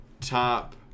top